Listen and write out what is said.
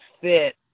fit